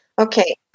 Okay